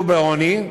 יהיו בעוני.